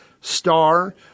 Star